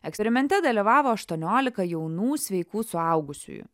eksperimente dalyvavo aštuoniolika jaunų sveikų suaugusiųjų